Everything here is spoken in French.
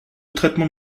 traitement